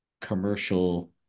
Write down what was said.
commercial